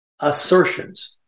assertions